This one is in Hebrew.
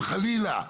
אם חלילה,